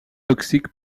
toxique